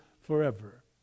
forever